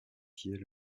pieds